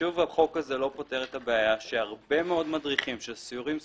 שוב החוק הזה לא פותר את הבעיה שהרבה מאוד מדריכים של סיורים ספציפיים,